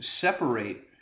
separate